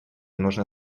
нужно